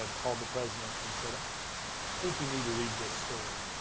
and call the president and said, i think you need to read this story.